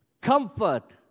comfort